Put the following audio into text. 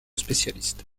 spécialiste